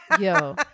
Yo